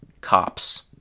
cops